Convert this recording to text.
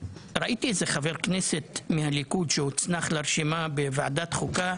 ראיתי איזה חבר כנסת מהליכוד שהונצח לרשימה בוועדת חוקה,